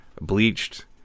bleached